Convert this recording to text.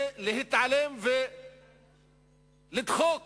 זה להתעלם ולדחוק